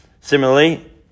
Similarly